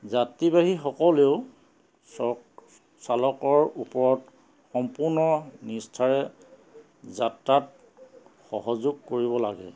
যাত্ৰীবাহীসকলেও চ চালকৰ ওপৰত সম্পূৰ্ণ নিষ্ঠাৰে যাত্ৰাত সহযোগ কৰিব লাগে